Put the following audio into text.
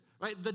Right